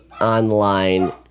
online